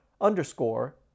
underscore